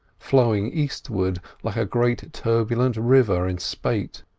flowing eastward like a great turbulent river in spate.